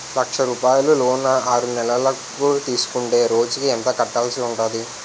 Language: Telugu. లక్ష రూపాయలు లోన్ ఆరునెలల కు తీసుకుంటే రోజుకి ఎంత కట్టాల్సి ఉంటాది?